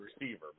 receiver